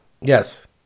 Yes